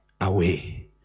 Away